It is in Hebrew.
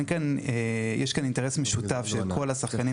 יש כאן אינטרס משותף של כל השחקנים